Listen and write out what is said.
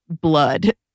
blood